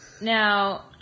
Now